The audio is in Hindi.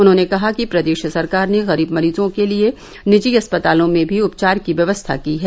उन्होंने कहा कि प्रदेश सरकार ने गरीब मरीजों के लिये निजी अस्पतालों में उपचार की व्यवस्था की है